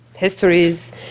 histories